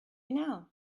now